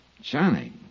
Johnny